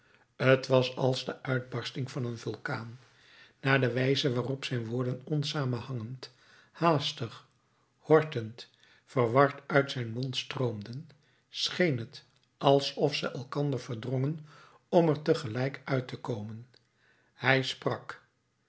t was als de uitbarsting van een vulkaan naar de wijze waarop zijn woorden onsamenhangend haastig hortend verward uit zijn mond stroomden scheen het alsof ze elkander verdrongen om er tegelijk uit te komen hij sprak